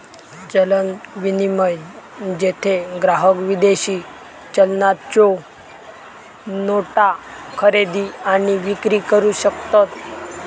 चलन विनिमय, जेथे ग्राहक विदेशी चलनाच्यो नोटा खरेदी आणि विक्री करू शकतत